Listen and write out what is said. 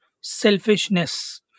selfishness